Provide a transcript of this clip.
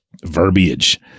verbiage